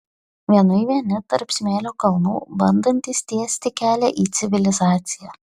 vienui vieni tarp smėlio kalnų bandantys tiesti kelią į civilizaciją